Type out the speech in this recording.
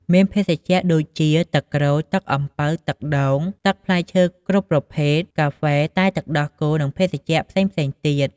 មានភេសជ្ជៈ ដូចជាទឹកក្រូច ទឹកអំពៅ ទឹកដូង ទឹកផ្លែឈើគ្រប់ប្រភេទ កាហ្វេ តែទឹកដោះគោ និងភេសជ្ជៈផ្សេងៗទៀត។